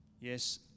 Yes